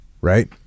right